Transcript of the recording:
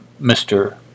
Mr